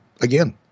again